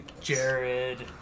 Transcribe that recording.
Jared